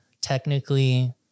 technically